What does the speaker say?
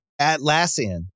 Atlassian